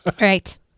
Right